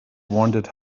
wondered